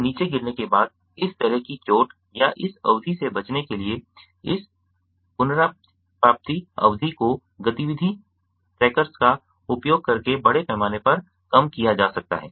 तो नीचे गिरने के बाद इस तरह की चोट या इस अवधि से बचने के लिए इस पुनर्प्राप्ति अवधि को गतिविधि ट्रैकर्स का उपयोग करके बड़े पैमाने पर कम किया जा सकता है